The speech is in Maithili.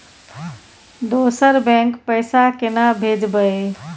दोसर बैंक पैसा केना भेजबै?